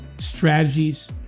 strategies